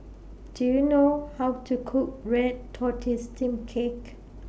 Do YOU know How to Cook Red Tortoise Steamed Cake